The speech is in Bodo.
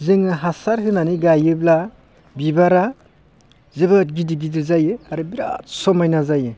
जोङो हासार होनानै गायोब्ला बिबारा जोबोद गिदिर गिदिर जायो आरो बिराद समायना जायो